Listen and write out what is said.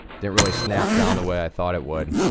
didn't really snap down the way i thought it would.